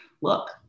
look